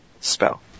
Spell